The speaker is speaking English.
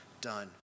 done